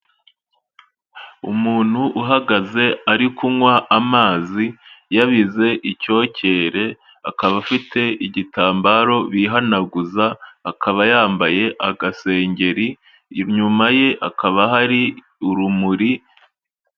Umuntu uhagaze ari kunywa amazi yabize icyokere akaba afite igitambaro bihanaguza, akaba yambaye agasengeri, inyuma ye hakaba hari urumuri.